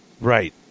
Right